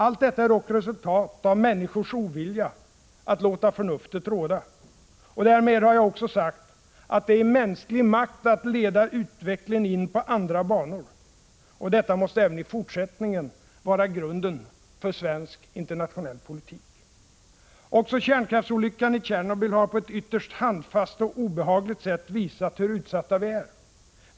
Allt detta är dock resultat av människors ovilja att låta förnuftet råda. Därmed har jag också sagt att det står i mänsklig makt att leda in utvecklingen på andra banor. Detta måste även i fortsättningen vara grunden för svensk internationell politik. Också kärnkraftsolyckan i Tjernobyl har på ett ytterst handfast och obehagligt sätt visat hur utsatta vi är.